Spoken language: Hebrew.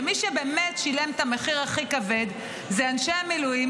כשמי שבאמת שילם את המחיר הכי כבד אלה אנשי המילואים,